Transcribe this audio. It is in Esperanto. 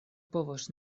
povos